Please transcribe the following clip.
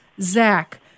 Zach